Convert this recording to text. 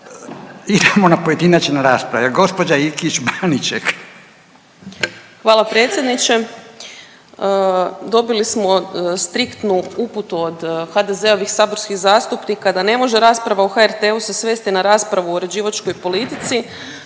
Idemo na pojedinačne rasprave, gđa. Ikić Baniček. **Ikić-Baniček, Kristina (SDP)** Hvala predsjedniče. Dobili smo striktnu uputu od HDZ-ovih saborskih zastupnika da ne može rasprava o HRT-u se svesti na raspravu o uređivačkoj politici